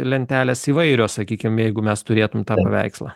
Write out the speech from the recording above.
lentelės įvairios sakykim jeigu mes turėtum tą paveikslą